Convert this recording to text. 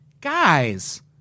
guys